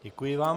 Děkuji vám.